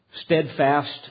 steadfast